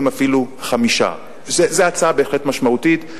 אפילו 5%. זו הצעה בהחלט משמעותית,